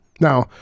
Now